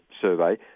survey